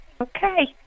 Okay